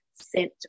sent